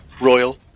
Royal